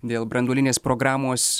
dėl branduolinės programos